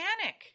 panic